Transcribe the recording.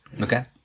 Okay